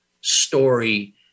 story